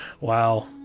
Wow